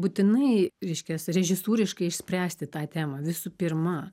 būtinai reiškias režisūriškai išspręsti tą temą visu pirma